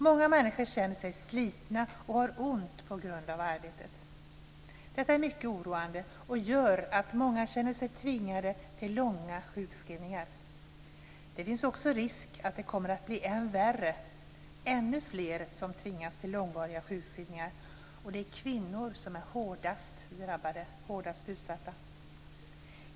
Många människor känner sig slitna och har ont på grund av arbetet. Detta är mycket oroande och gör att många känner sig tvingade till långa sjukskrivningar. Det finns också risk att det kommer att bli än värre, ännu fler som tvingas till långvariga sjukskrivningar. Och det är kvinnor som är hårdast utsatta.